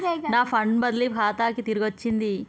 నా ఫండ్ బదిలీ నా ఖాతాకు తిరిగచ్చింది